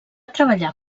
treballar